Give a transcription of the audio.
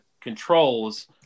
controls